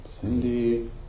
Cindy